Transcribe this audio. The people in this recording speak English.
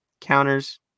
counters